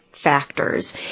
factors